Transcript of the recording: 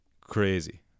Crazy